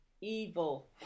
Evil